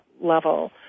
level